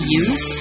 use